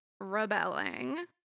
rebelling